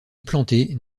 plantée